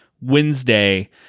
Wednesday